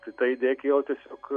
tai ta idėja kilo tiesiog